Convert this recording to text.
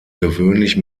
gewöhnlich